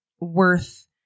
worth